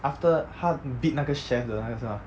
after 他 beat 那个 chef 的那个是吗